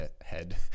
head